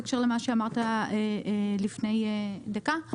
בהקשר למה שאמרת לפני דקה,